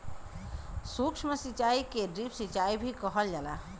सूक्ष्म सिचाई के ड्रिप सिचाई भी कहल जाला